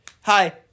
Hi